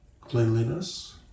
Cleanliness